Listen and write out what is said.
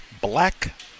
black